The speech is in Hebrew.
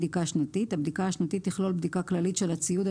בדיקה נשתית) הבדיקה השנתית תכלול בדיקה כללית של הציוד,